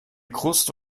kruste